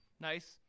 nice